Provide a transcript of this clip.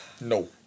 No